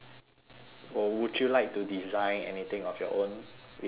or would you like to design anything of your own without learning